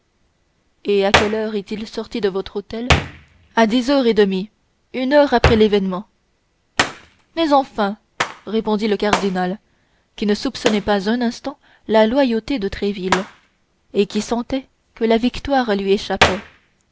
et à quelle heure est-il sorti de votre hôtel à dix heures et demie une heure après l'événement mais enfin répondit le cardinal qui ne soupçonnait pas un instant la loyauté de tréville et qui sentait que la victoire lui échappait